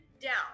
down